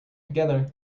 together